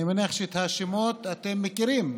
אני מניח שאת השמות אתם מכירים,